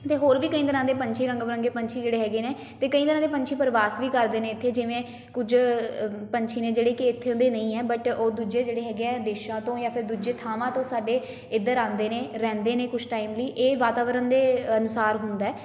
ਅਤੇ ਹੋਰ ਵੀ ਕਈ ਤਰ੍ਹਾਂ ਦੇ ਪੰਛੀ ਰੰਗ ਬਿਰੰਗੇ ਪੰਛੀ ਜਿਹੜੇ ਹੈਗੇ ਨੇ ਅਤੇ ਕਈ ਤਰਾਂ ਦੇ ਪੰਛੀ ਪਰਵਾਸ ਵੀ ਕਰਦੇ ਨੇ ਇੱਥੇ ਜਿਵੇਂ ਕੁਝ ਪੰਛੀ ਨੇ ਜਿਹੜੇ ਕਿ ਇੱਥੇ ਦੇ ਨਹੀਂ ਹੈ ਬਟ ਉਹ ਦੂਜੇ ਜਿਹੜੇ ਹੈਗੇ ਆ ਦੇਸ਼ਾਂ ਤੋਂ ਜਾਂ ਫਿਰ ਦੂਜੇ ਥਾਵਾਂ ਤੋਂ ਸਾਡੇ ਇੱਧਰ ਆਉਂਦੇ ਨੇ ਰਹਿੰਦੇ ਨੇ ਕੁਛ ਟਾਈਮ ਲਈ ਇਹ ਵਾਤਾਵਰਨ ਦੇ ਅਨੁਸਾਰ ਹੁੰਦਾ